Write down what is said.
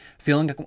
Feeling